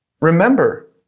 Remember